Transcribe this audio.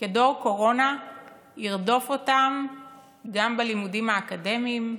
של דור קורונה ירדוף אותם גם בלימודים האקדמיים,